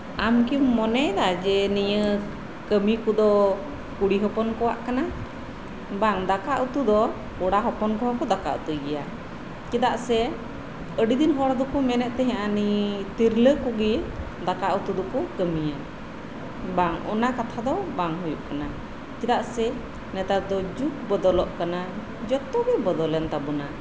ᱟᱢᱠᱤᱢ ᱢᱚᱱᱮᱭᱮᱫᱟ ᱡᱮ ᱱᱤᱭᱟᱹ ᱠᱟᱹᱢᱤ ᱠᱚᱫᱚ ᱠᱩᱲᱤ ᱦᱚᱯᱚᱱ ᱠᱚᱣᱟᱜ ᱠᱟᱱᱟ ᱵᱟᱝ ᱫᱟᱠᱟ ᱩᱛᱩ ᱫᱚ ᱠᱚᱲᱟ ᱦᱚᱯᱚᱱ ᱠᱚᱦᱚᱸ ᱠᱩ ᱫᱟᱠᱟ ᱩᱛᱩᱭ ᱜᱮᱭᱟ ᱪᱮᱫᱟᱜ ᱥᱮ ᱟᱹᱰᱤ ᱫᱤᱱ ᱦᱚᱲᱫᱚᱠᱚ ᱢᱮᱱᱮᱫ ᱛᱟᱦᱮᱸᱜᱼᱟ ᱱᱤ ᱛᱤᱨᱞᱟᱹ ᱠᱩᱜᱤ ᱫᱟᱠᱟ ᱩᱛᱩ ᱫᱚᱠᱩ ᱠᱟᱹᱢᱤᱭᱟ ᱵᱟᱝ ᱚᱱᱟ ᱠᱟᱛᱷᱟ ᱫᱚ ᱵᱟᱝ ᱦᱩᱭᱩᱜ ᱠᱟᱱᱟ ᱪᱮᱫᱟᱜ ᱥᱮ ᱱᱮᱛᱟᱨ ᱫᱚ ᱡᱩᱜ ᱵᱚᱫᱚᱞᱚᱜ ᱠᱟᱱᱟ ᱡᱚᱛᱚᱜᱤ ᱵᱚᱫᱚᱞᱮᱱ ᱛᱟᱵᱩᱱᱟ